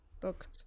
books